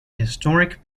historic